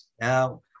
Now